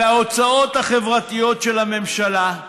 על ההוצאות החברתיות של הממשלה,